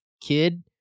kid